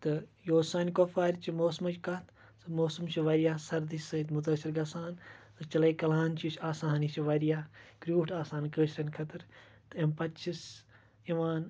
تہٕ یہِ اوٗس سانہِ کۄپوارِچہِ موسمٕچ کَتھ تہٕ موسم چھُ واریاہ سردی سۭتۍ مُتٲثر گژھان تہٕ چِلاے کَلان چھُ یہِ چھُ آسان یہِ چھُ واریاہ کرٛوٗٹھ آسان کٲشریٚن خٲطرٕ تہٕ اَمہِ پَتہٕ چھِ یِوان